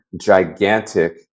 gigantic